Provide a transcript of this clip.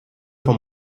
von